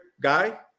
guy